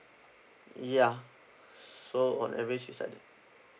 ya so on average is like that